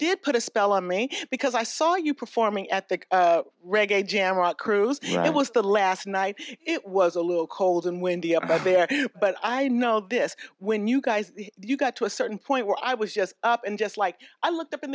did put a spell on me because i saw you performing at that reggae jam out crews and i was the last night it was a little cold and windy about there but i know this when you guys you got to a certain point where i was just up and just like i looked up in